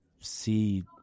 see